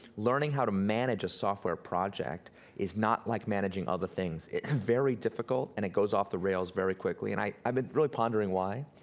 learning how to manage a software project is not like managing other things. it's very difficult and it goes off the rails very quickly, and i've been really pondering why.